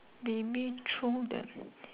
limit through the